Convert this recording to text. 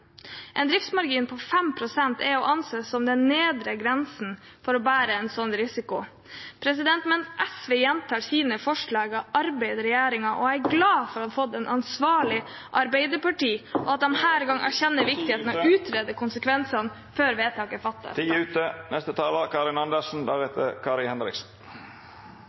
En driftsmargin på 5 pst. er å anse som den nedre grensen for å bære en slik risiko. Mens SV gjentar sine forslag, arbeider regjeringen, og jeg er glad for å ha fått et ansvarlig Arbeiderparti, og at de denne gangen erkjenner viktigheten av å utrede konsekvensene før vedtak fattes. Barnevern er ikke handel. Jeg blir nesten litt satt ut